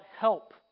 help